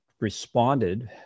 responded